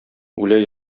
үлә